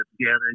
together